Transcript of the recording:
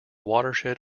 watershed